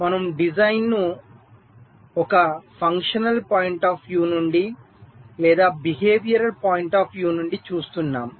మనము డిజైన్ను ఒక క్రియాత్మక కోణం నుండి లేదా ప్రవర్తనా కోణం నుండి చూస్తున్నాము